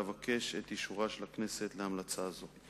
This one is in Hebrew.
אבקש את אישורה של הכנסת להמלצה זאת.